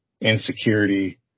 insecurity